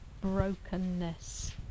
brokenness